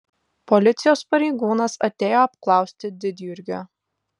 policijos pareigūnas atėjo apklausti didjurgio